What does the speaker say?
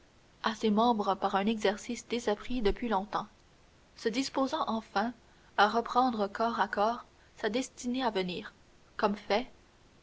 à ses membres par un exercice désappris depuis longtemps se disposant enfin à reprendre corps à corps sa destinée à venir comme fait